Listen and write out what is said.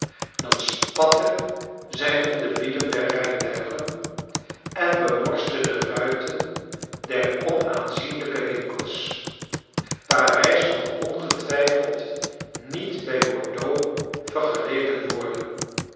dan spatte zij om de wielen der rijtuigen en bemorste de ruiten der onaanzienlijke winkels parijs kon ongetwijfeld niet bij bordeaux vergeleken worden